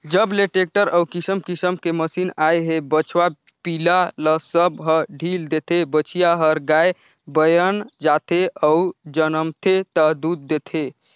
जब ले टेक्टर अउ किसम किसम के मसीन आए हे बछवा पिला ल सब ह ढ़ील देथे, बछिया हर गाय बयन जाथे अउ जनमथे ता दूद देथे